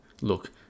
Look